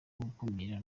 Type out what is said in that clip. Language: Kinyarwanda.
gukumira